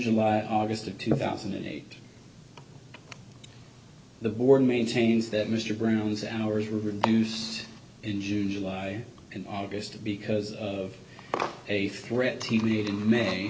july august of two thousand and eight the board maintains that mr brown's hours were reduced in june july and august because of a threat t v in may